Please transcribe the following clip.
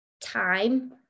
time